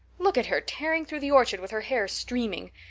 look at her tearing through the orchard with her hair streaming.